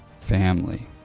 family